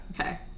Okay